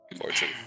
Fortune